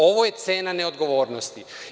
Ovo je cena neodgovornosti.